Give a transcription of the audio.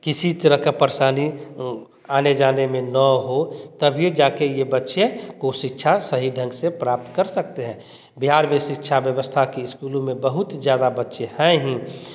किसी तरह का परेशानी आने जाने में ना हो तभी जाके ये बच्चे को शिक्षा सही ढंग से प्राप्त कर सकते हैं बिहार में शिक्षा व्यवस्था की स्कूलों में बहुत ज़्यादा बच्चे हैं ही